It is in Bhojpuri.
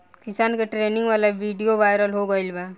किसान के ट्रेनिंग वाला विडीओ वायरल हो गईल बा